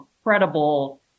incredible